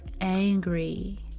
angry